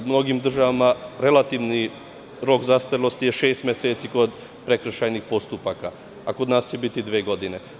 U mnogim državama relativni rok zastarelosti je šest meseci kod prekršajnih postupaka, a kod nas će biti dve godine.